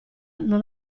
non